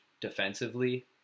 defensively